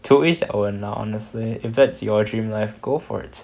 to each our own lah honestly if that's your dream life go for it